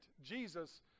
Jesus